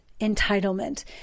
entitlement